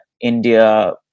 India